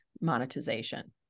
monetization